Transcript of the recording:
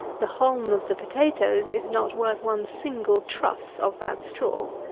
the haulm of the potatoes is not worth one single truss of that straw.